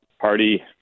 party